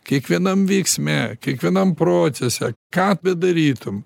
kiekvienam veiksme kiekvienam procese ką bedarytum